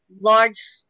large